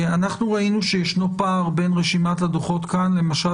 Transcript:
אנחנו ראינו שיש פער בין רשימת הדוחות כאן למשל